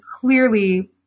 clearly